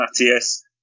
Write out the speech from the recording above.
Matthias